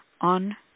on